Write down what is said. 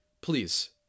please